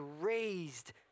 raised